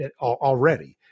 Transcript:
already